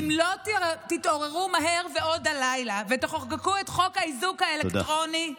אם לא תתעוררו מהר ועוד הלילה ותחוקקו את חוק האיזוק האלקטרוני,